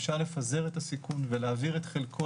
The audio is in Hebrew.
אפשר לפזר את הסיכון ולהעביר את חלקו